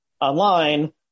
online